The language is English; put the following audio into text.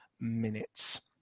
minutes